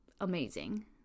Amazing